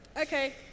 Okay